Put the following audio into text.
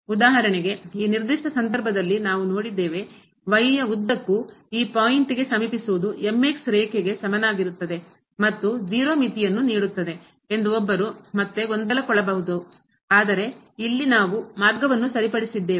ಉದಾಹರಣೆಗೆ ಈ ನಿರ್ದಿಷ್ಟ ಸಂದರ್ಭದಲ್ಲಿ ನಾವು ನೋಡಿದ್ದೇವೆ ಯ ಉದ್ದಕ್ಕೂ ಈ ಪಾಯಿಂಟ್ ಗೆ ಹಂತಕ್ಕೆ ಸಮೀಪಿಸುವುದು ರೇಖೆಗೆ ಸಮನಾಗಿರುತ್ತದೆ ಮತ್ತು 0 ಮಿತಿಯನ್ನು ನೀಡುತ್ತದೆ ಎಂದು ಒಬ್ಬರು ಮತ್ತೆ ಗೊಂದಲಕ್ಕೊಳಗಾಗಬಹುದು ಆದರೆ ಇಲ್ಲಿ ನಾವು ಮಾರ್ಗವನ್ನು ಸರಿಪಡಿಸಿದ್ದೇವೆ